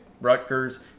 Rutgers